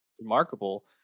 remarkable